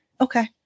Okay